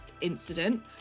incident